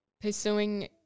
pursuing